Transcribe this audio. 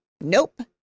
Nope